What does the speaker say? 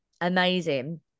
amazing